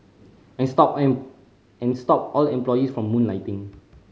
and stop and stop all employees from moonlighting